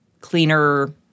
cleaner